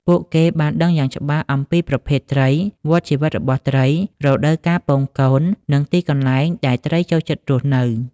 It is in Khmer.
ពួកគេបានដឹងយ៉ាងច្បាស់អំពីប្រភេទត្រី វដ្តជីវិតរបស់ត្រី រដូវកាលពងកូន និងទីកន្លែងដែលត្រីចូលចិត្តរស់នៅ។